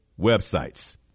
websites